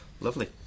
Lovely